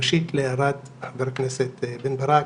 ראשית, להערת חבר הכנסת בן ברק,